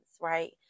right